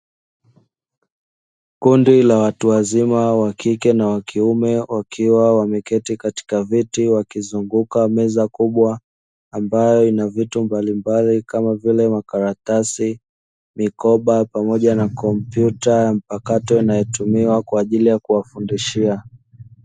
Kundi la watu wazima wa kike na wakiume wakiwa wameketi katika viti wakizunguka meza kubwa, ambayo ina vitu mbalimbali kama vile makaratasi mikoba pamoja na kompyuta mpakato inayotumiwa kwa ajili ya kuwafundishia.